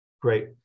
Great